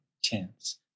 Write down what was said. chance